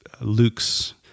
Luke's